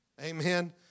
Amen